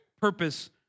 purpose